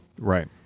Right